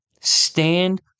Stand